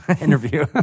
interview